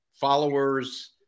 followers